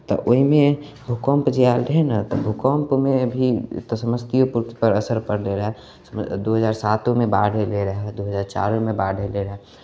तऽ ओहिमे भूकम्प जे आयल रहय ने तऽ भूकम्पमे भी तऽ समस्तिएपुरपर असर पड़लै रहए दू हजार सातोमे बाढ़ि अयलै रहए दू हजार चारिमे बाढ़ि अयलै रहए